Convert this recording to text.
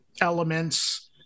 elements